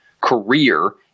career